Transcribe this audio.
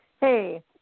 hey